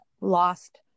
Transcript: lost